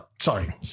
sorry